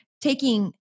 taking